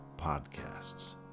Podcasts